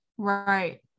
Right